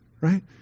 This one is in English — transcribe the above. right